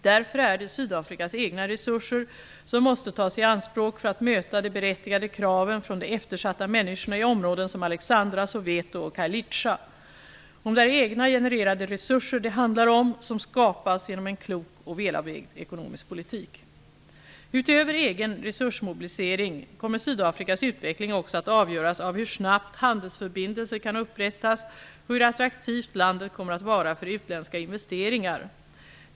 Därför är det Sydafrikas egna resurser som måste tas i anspråk för att möta de berättigade kraven från de eftersatta människorna i området som Alexandra, Soweto och Kayelithsha, och det är egna genererade resurser det handlar om, resurser som skapas genom en klok och välavvägd ekonomisk politik. Utöver egen resursmobilisering kommer Sydafrikas utveckling också att avgöras av hur snabbt handelsförbindelser kan upprättas och hur attraktivt landet kommer att vara för utländska investeringar.